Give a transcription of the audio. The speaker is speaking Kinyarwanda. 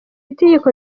itegeko